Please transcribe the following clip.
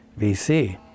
VC